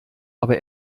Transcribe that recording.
aber